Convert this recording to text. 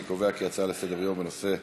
אני קובע כי ההצעה לסדר-יום בנושא: